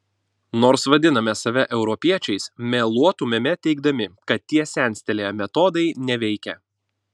nors vadiname save europiečiais meluotumėme teigdami kad tie senstelėję metodai neveikia